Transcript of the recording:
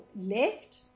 left